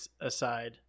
aside